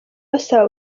basaba